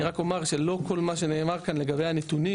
אני רק אומר שלא כל מה שנאמר כאן לגבי הנתונים